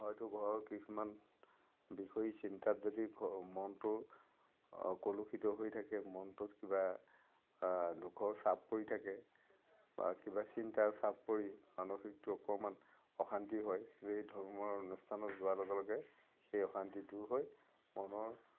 হয়তো ঘৰৰ কিছুমান বিষয় চিন্তাত যদি ঘ মনটো কলুসিত হৈ থাকে মনটোত কিবা দুখৰ চাপ পৰি থাকে বা কিবা চিন্তাৰ চাপ পৰি মানসিকটো অকমান অশান্তি হয় সেই ধৰ্মৰ অনুষ্ঠানত যোৱাৰ লগে লগে সেই অশান্তি দূৰ হৈ মনৰ